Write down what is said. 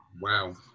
Wow